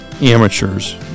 amateurs